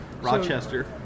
Rochester